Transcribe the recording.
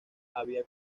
había